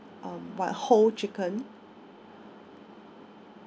um what whole chicken